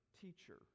teacher